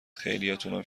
خیلیاتونم